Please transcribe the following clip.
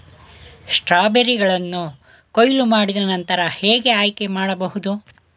ಸ್ಟ್ರಾಬೆರಿಗಳನ್ನು ಕೊಯ್ಲು ಮಾಡಿದ ನಂತರ ಹೇಗೆ ಆಯ್ಕೆ ಮಾಡಬಹುದು?